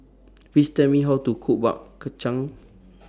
Please Tell Me How to Cook Bak Chang